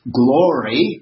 glory